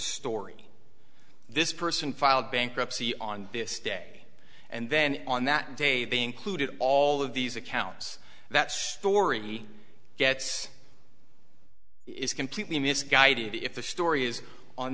story this person filed bankruptcy on this day and then on that day being clued in all of these accounts that story gets is completely misguided if the story is on